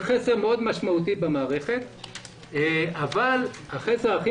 זה חסר מאוד משמעותי במערכת אבל החסר הכי